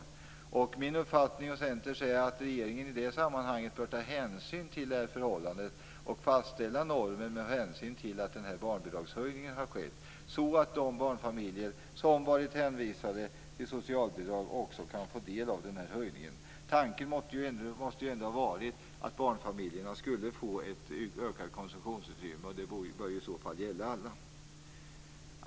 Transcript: Min och Centerns uppfattning är att regeringen i det sammanhanget bör ta hänsyn till detta förhållande och fastställa normen med hänsyn till att barnbidragen har höjts så att också de barnfamiljer som varit hänvisade till socialbidrag kan få del av höjningen. Tanken måste ju ändå ha varit att barnfamiljerna skulle få ett ökat konsumtionsutrymme, och det bör i så fall gälla alla.